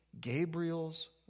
Gabriel's